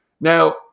Now